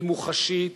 היא מוחשית,